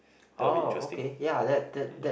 that will be interesting